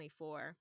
24